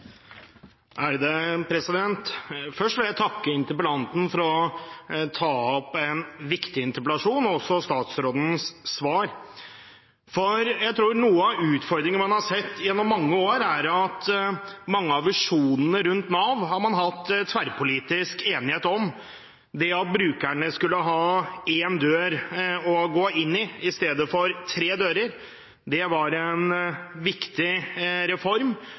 er at mange av visjonene rundt Nav har man hatt tverrpolitisk enighet om. Det at brukerne skulle ha én dør å gå inn i – i stedet for tre dører – var en viktig reform. Det var